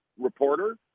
reporter